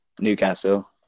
Newcastle